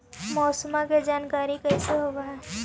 मौसमा के जानकारी कैसे होब है?